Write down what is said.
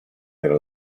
era